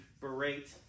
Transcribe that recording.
berate